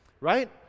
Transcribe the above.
right